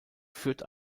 führt